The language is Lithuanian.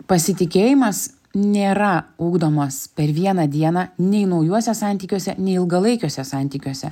pasitikėjimas nėra ugdomas per vieną dieną nei naujuose santykiuose nei ilgalaikiuose santykiuose